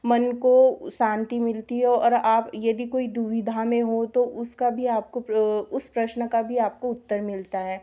मन को शांति मिलती है और आप यदि कोई दुविधा में हों तो उसका भी आपको उस प्रश्न का भी आपको उत्तर मिलता है